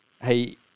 Hey